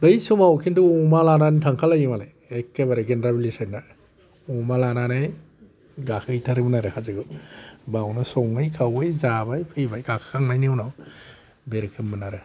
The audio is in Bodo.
बै समाव खिन्थु अमा लानानै थांखा लायो मालाय एखेबारे गेन्द्राबिलि साइदना अमा लानानै गाखो हैथारोमोन आरो हाजोआव बावनो सङै खावै जाबाय फैबाय गाखो खांनायनि उनाव बे रोखोममोन आरो